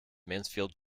mansfield